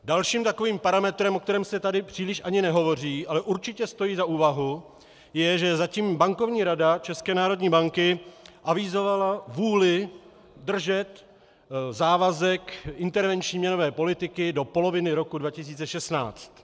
Dalším takovým parametrem, o kterém se tady příliš ani nehovoří, ale určitě stojí za úvahu, je, že zatím Bankovní rada České národní banky avizovala vůli držet závazek intervenční měnové politiky do poloviny roku 2016.